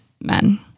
men